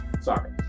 sorry